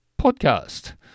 podcast